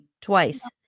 Twice